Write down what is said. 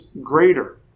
greater